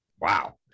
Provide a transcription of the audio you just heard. Wow